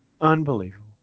Unbelievable